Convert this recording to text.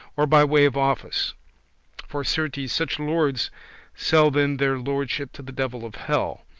or by way of office for certes, such lords sell then their lordship to the devil of hell,